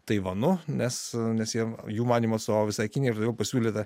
taivanu nes nes jiem jų manymu atstovavo visai kinijai ir todėl pasiūlyta